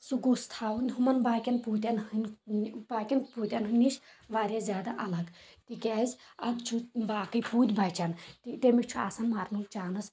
سُہ گوژھ تھاوُن ہُمن باقین پوٗتیٚن ہنٛدۍ باقین پوٗتین ہَن نِش واریاہ زیادٕ اَلگ تَکیازِ ادٕ چھِ باقی پوٗتۍ بَچان تٔمِس چھُ آسن مرنُک چانٔس